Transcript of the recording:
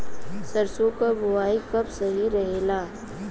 सरसों क बुवाई कब सही रहेला?